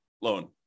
loan